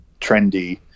trendy